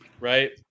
right